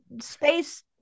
space